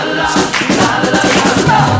la-la-la-la-la